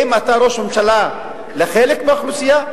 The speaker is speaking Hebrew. האם אתה ראש ממשלה לחלק מהאוכלוסייה?